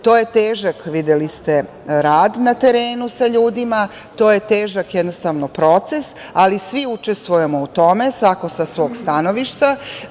To je težak rad, videli ste, na terenu sa ljudima, to je težak proces, ali svi učestvujemo u tome, svako sa svog stanovišta.